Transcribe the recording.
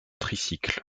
tricycle